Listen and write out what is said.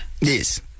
Yes